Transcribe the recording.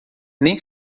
nem